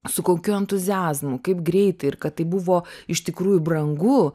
su kokiu entuziazmu kaip greitai ir kad tai buvo iš tikrųjų brangu